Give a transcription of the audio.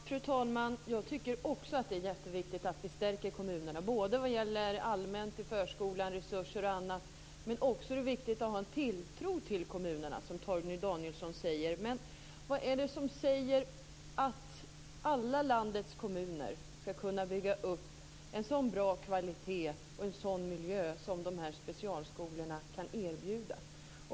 Fru talman! Också jag tycker att det är jätteviktigt att vi stärker kommunerna, både allmänt och vad gäller resurser och annat i förskolan, men även att ha en tilltro till kommunerna, som Torgny Danielsson säger. Vad är det som säger att alla landets kommuner ska kunna bygga upp en så bra kvalitet och miljö som de här specialskolorna kan erbjuda?